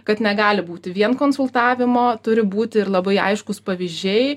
kad negali būti vien konsultavimo turi būti ir labai aiškūs pavyzdžiai